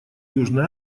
южной